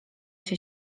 się